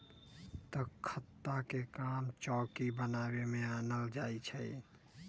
तकख्ता के काम चौकि बनाबे में आनल जाइ छइ